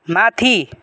माथि